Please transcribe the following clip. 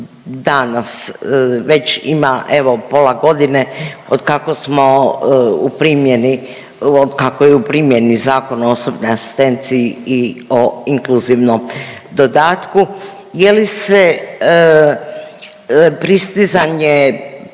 danas, već ima, evo pola godine od kako smo u primjeni, od kako je u primjeni Zakon o osobnoj asistenciji i o inkluzivnom dodatku. Je li se pristizanje